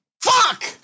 Fuck